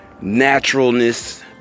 naturalness